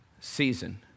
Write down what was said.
Season